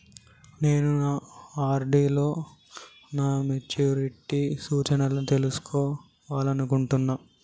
నేను నా ఆర్.డి లో నా మెచ్యూరిటీ సూచనలను తెలుసుకోవాలనుకుంటున్నా